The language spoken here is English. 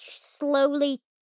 slowly